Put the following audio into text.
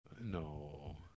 No